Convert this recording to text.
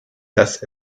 dass